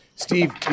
Steve